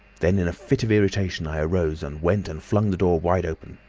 then in a fit of irritation i ah rose and went and flung the door wide open.